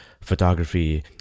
photography